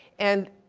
and,